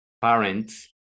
parents